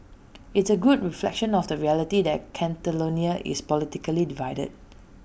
it's A good reflection of the reality that Catalonia is politically divided